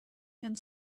and